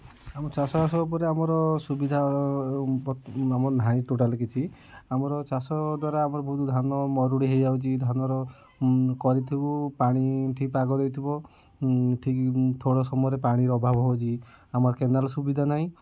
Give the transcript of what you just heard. ଆମ ଚାଷ ବାସ ଉପରେ ଆମର ସୁବିଧା ଆମର ନାହିଁ ଟୋଟାଲୀ କିଛି ଆମର ଚାଷ ଦ୍ୱାରା ବହୁତୁ ଧାନ ମରୁଡ଼ି ହୋଇଯାଉଛି ଧାନର କରିଥିବୁ ପାଣି ଠିକ୍ ପାଗ ଦେଇଥିବ ଠିକ୍ ଥୋଡ଼ ସମୟରେ ପାଣିର ଅଭାବ ହେଉଛି ଆମର କେନାଲ୍ ସୁବିଧା ନାହିଁ